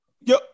Yo